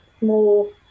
more